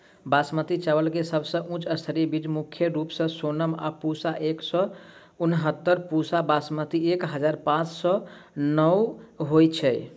बासमती चावल केँ सबसँ उच्च स्तरीय बीज मुख्य रूप सँ सोनम आ पूसा एक सै उनहत्तर, पूसा बासमती एक हजार पांच सै नो होए छैथ?